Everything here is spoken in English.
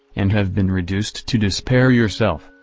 and have been reduced to despair yourself,